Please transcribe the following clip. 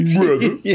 brother